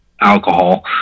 alcohol